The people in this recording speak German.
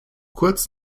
kurz